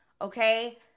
Okay